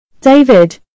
David